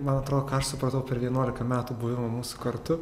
man atro ką aš supratau per vienuolika metų buvimo mūsų kartu